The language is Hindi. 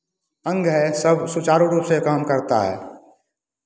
अंग है सब सुचारु रूप से काम करता है